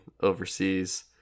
overseas